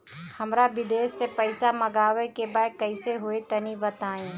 हमरा विदेश से पईसा मंगावे के बा कइसे होई तनि बताई?